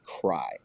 cry